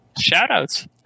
Shout-outs